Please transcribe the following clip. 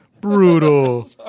Brutal